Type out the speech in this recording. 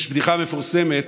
יש בדיחה מפורסמת